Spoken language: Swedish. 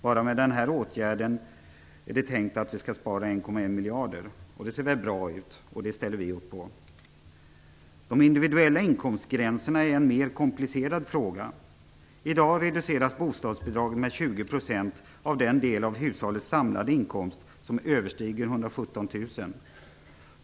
Bara med den här åtgärden är det tänkt att vi skall spara 1,1 miljarder kronor. Det ser bra ut, och det ställer vi upp på. De individuella inkomstgränserna är en mer komplicerad fråga. I dag reduceras bostadsbidragen med 20 % av den del av hushållets samlade inkomst som överstiger 117 000 kr.